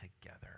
together